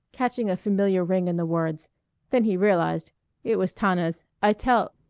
catching a familiar ring in the words then he realized it was tana's i tell.